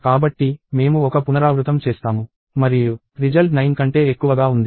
కాబట్టి మేము ఒక పునరావృతం చేస్తాము మరియు రిజల్ట్ 9 కంటే ఎక్కువగా ఉంది